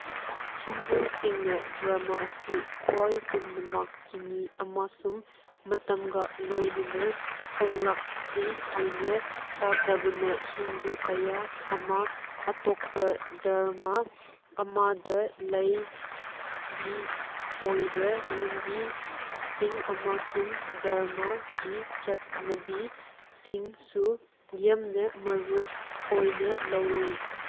ꯍꯤꯟꯗꯨꯁꯤꯡꯅ drama ꯑꯁꯤ ꯈ꯭ꯋꯥꯏ ꯄꯨꯝꯅꯃꯛꯀꯤꯅꯤ ꯑꯃꯁꯨꯡ ꯃꯇꯝꯒ ꯂꯣꯏꯅꯅ ꯍꯣꯡꯂꯛꯂꯤ ꯍꯥꯏꯅ ꯇꯥꯖꯕꯅ ꯍꯤꯟꯗꯨ ꯀꯌꯥ ꯑꯃ ꯑꯇꯣꯞꯄ ꯗꯔꯃ ꯑꯃꯗ ꯂꯩꯒꯤ ꯑꯣꯏꯕ ꯂꯝꯕꯤꯁꯤꯡ ꯑꯃꯁꯨꯡ ꯗꯔꯃꯒꯤ ꯆꯠꯅꯕꯤꯁꯤꯡꯁꯨ ꯌꯥꯝꯅ ꯃꯔꯨꯑꯣꯏꯅ ꯂꯧꯋꯤ